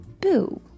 Boo